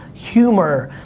humor,